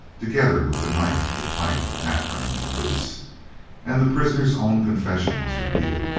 together with the knife, the pipe, the hat brim, and the boots and the prisoner's own confession was repeated.